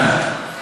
נכונה.